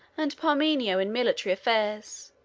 and parmenio in military affairs,